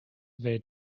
they